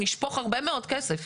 נשפוך הרבה מאוד כסף